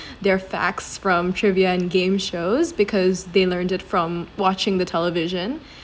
their facts from trivia and game shows because they learnt it from watching the television